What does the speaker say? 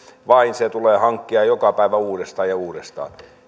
vaan se tulee hankkia joka päivä uudestaan ja uudestaan